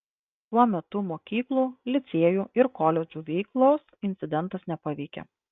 tuo metu mokyklų licėjų ir koledžų veiklos incidentas nepaveikė